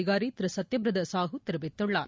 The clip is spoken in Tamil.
அதிகாரி திரு சத்தியப்பிரதா சாஹு தெரிவித்துள்ளார்